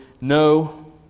No